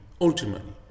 ultimately